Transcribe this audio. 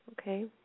Okay